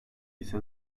ise